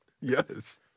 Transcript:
Yes